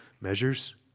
measures